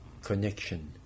connection